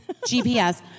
GPS